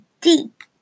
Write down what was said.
deep